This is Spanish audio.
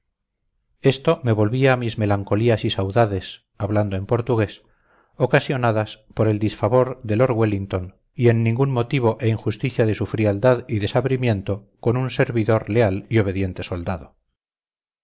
esto me volvía a mis melancolías y saudades hablando en portugués ocasionadas por el disfavor de lord wellington y el ningún motivo e injusticia de su frialdad y desabrimiento con un servidor leal y obediente soldado